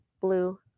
blue